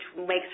makes